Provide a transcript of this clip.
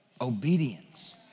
obedience